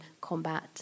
combat